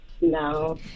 No